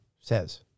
says